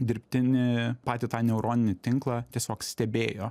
dirbtinį patį tą neuroninį tinklą tiesiog stebėjo